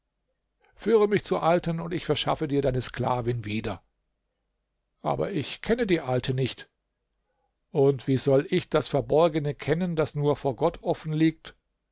führe mich zur alten und ich schaffe dir deine sklavin wieder aber ich kenne die alte nicht und wie soll ich das verborgene kennen das nur vor gott offen liegt